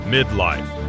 Midlife